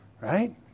right